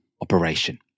operation